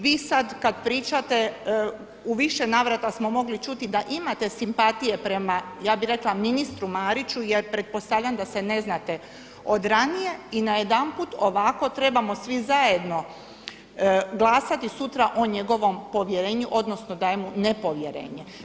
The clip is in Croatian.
Vi sada kada pričate, u više navrata smo mogli čuti da imate simpatije prema, ja bih rekla ministru Mariću jer pretpostavljam da se ne znate od ranije i najedanput ovako trebamo svi zajedno glasati sutra o njegovom povjerenju, odnosno dajemo nepovjerenje.